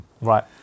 Right